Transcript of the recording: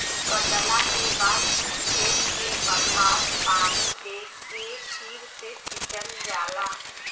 कटला के बाद ऊ खेत के खाद पानी दे के फ़िर से सिंचल जाला